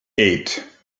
eight